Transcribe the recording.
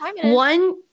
one